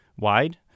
wide